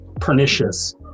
pernicious